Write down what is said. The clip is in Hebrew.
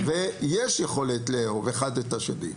ויש יכולת לאהוב אחד את השני.